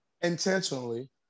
intentionally